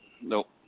Nope